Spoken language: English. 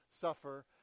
suffer